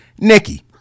Nikki